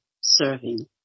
serving